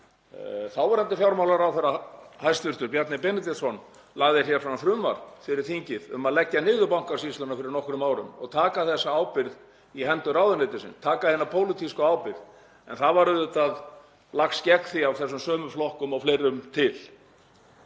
Þáverandi hæstv. fjármálaráðherra, Bjarni Benediktsson, lagði fram frumvarp fyrir þingið um að leggja niður Bankasýsluna fyrir nokkrum árum og taka þessa ábyrgð í hendur ráðuneytisins, taka hina pólitísku ábyrgð, en það var auðvitað lagst gegn því af þessum sömu flokkum og fleirum til.